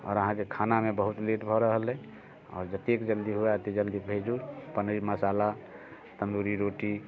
आओर अहाँकेँ खानामे बहुत लेट भऽ रहल अइ आओर जतेक जल्दी हुए ओते जल्दी भेजु पनीर मसाला तन्दूरी रोटी